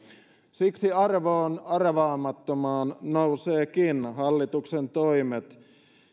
siksi arvoon arvaamattomaan nousevatkin hallituksen toimet